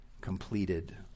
completed